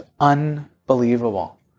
unbelievable